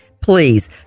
please